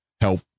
help